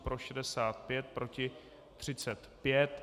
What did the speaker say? Pro 65, proti 35.